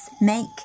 make